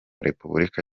repubulika